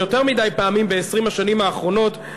יותר מדי פעמים ב-20 השנים האחרונות,